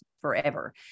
forever